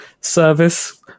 Service